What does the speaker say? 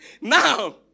Now